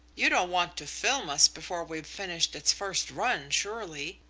you don't want to film us before we've finished its first run, surely?